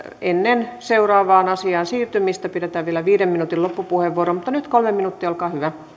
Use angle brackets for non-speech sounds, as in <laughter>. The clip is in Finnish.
ennen seuraavaan asiaan siirtymistä pidetään viiden minuutin loppupuheenvuoro mutta nyt kolme minuuttia olkaa hyvä <unintelligible>